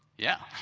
yeah.